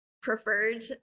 preferred